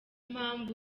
mpamvu